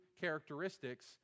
characteristics